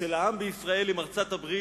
ושל העם בישראל עם ארצות-הברית